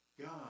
God